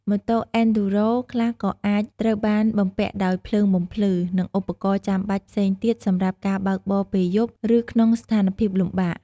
ម៉ូតូ អេនឌ្យូរ៉ូ (Enduro) ខ្លះក៏អាចត្រូវបានបំពាក់ដោយភ្លើងបំភ្លឺ និងឧបករណ៍ចាំបាច់ផ្សេងទៀតសម្រាប់ការបើកបរពេលយប់ ឬក្នុងស្ថានភាពលំបាក។